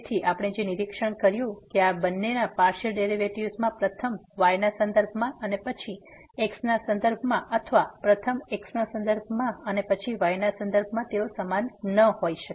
તેથી આપણે જે નિરીક્ષણ કર્યું છે કે આ બંનેના પાર્સીઅલ ડેરીવેટીવ્ઝ માં પ્રથમ y ના સંદર્ભમાં અને પછી x ના સંદર્ભમાં અથવા પ્રથમ x ના સંદર્ભમાં અને પછી y ના સંદર્ભમાં તેઓ સમાન ન હોઈ શકે